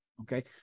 Okay